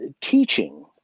teaching